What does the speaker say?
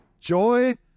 joy